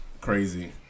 crazy